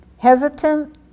Hesitant